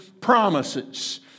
promises